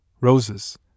roses